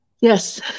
Yes